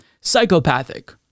psychopathic